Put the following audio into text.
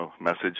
message